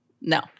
No